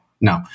No